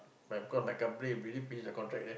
my com my company already finish the contract there